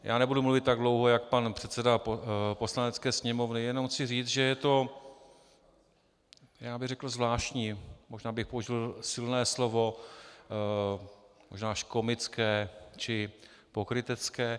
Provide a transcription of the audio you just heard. Já nebudu mluvit tak dlouho, jak pan předseda Poslanecké sněmovny, jenom chci říci, že je to já bych řekl zvláštní, možná bych použil silné slovo, možná až komické či pokrytecké.